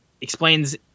explains